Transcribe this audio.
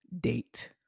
date